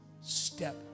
step